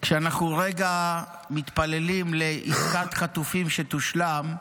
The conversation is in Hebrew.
כשאנחנו מתפללים רגע לעסקת חטופים שתושלם,